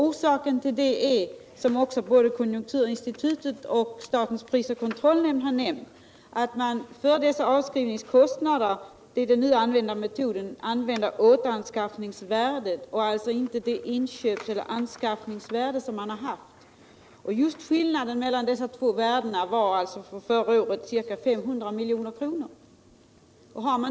Orsaken härtill är, som också både konjunkturinstitutet och statens prisoch kartellnämnd har sagt, att man för dessa avskrivningskostnader vid den nu använda metoden anger återanskaffningsvärdet och alltså inte inköpseller anskaffningsvärdet. Just skillnaden mellan dessa två värden var förra året ca 500 milj.kr.